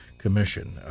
commission